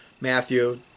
Matthew